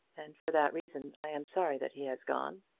and for that reason i am sorry that he has gone.